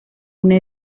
una